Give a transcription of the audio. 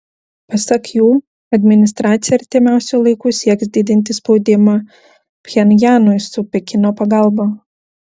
pasak jų administracija artimiausiu laiku sieks didinti spaudimą pchenjanui su pekino pagalba